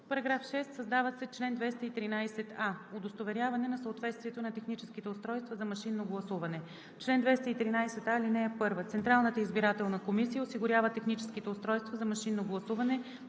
§ 6: „§ 6. Създава се чл. 213а: „Удостоверяване на съответствието на техническите устройства за машинно гласуване Чл. 213а. (1) Централната избирателна комисия осигурява техническите устройства за машинно гласуване